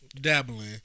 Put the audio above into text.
Dabbling